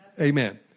Amen